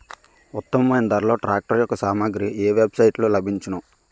ఉత్తమమైన ధరలో ట్రాక్టర్ యెక్క సామాగ్రి ఏ వెబ్ సైట్ లో లభించును?